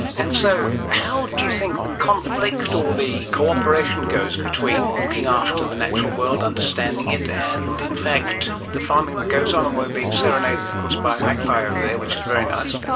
and so how do you think the conflict or the cooperation goes between looking after the natural world, understanding it, and in fact the farming that goes on? and um we are being serenaded of course by a magpie over there, which is very nice.